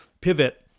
pivot